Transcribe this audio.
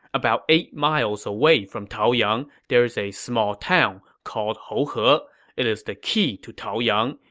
about eight miles away from taoyang, there is a small town called houhe. but it is the key to taoyang.